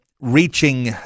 reaching